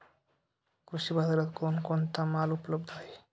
कृषी बाजारात कोण कोणता माल उपलब्ध आहे?